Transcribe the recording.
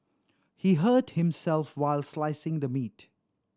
he hurt himself while slicing the meat